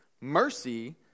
mercy